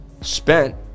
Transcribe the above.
Spent